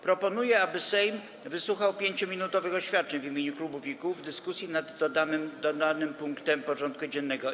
Proponuję, aby Sejm wysłuchał 5-minutowych oświadczeń w imieniu klubów i kół w dyskusji nad dodanym punktem porządku dziennego.